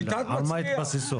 על מה התבססו?